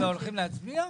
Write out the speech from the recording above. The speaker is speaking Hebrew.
הולכים להצביע?